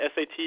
SAT